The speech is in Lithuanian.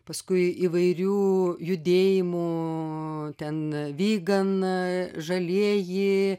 paskui įvairių judėjimų ten vigan žalieji